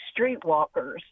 streetwalkers